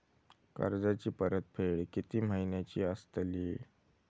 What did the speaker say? कर्जाची परतफेड कीती महिन्याची असतली?